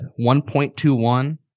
1.21